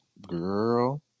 girl